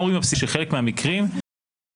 גם רואים מהפסיקה שבחלק מהמקרים עילת